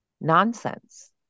nonsense